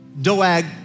Doag